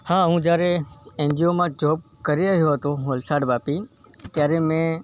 હા હું જ્યારે એન જી ઓમાં જૉબ કરી રહ્યો હતો વલસાડ વાપી ત્યારે મેં